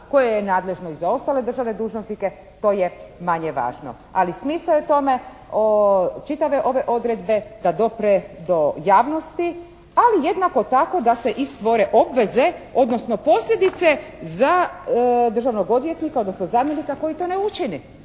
koje je nadležno za ostale državne dužnosnike to je manje važno. Ali smisao je u tome, čitave ove odredbe da dopre do javnosti. Ali jednako tako da se i stvore obveze, odnosno posljedice za državnog odvjetnika, odnosno zamjenika koji to ne učine.